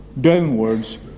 downwards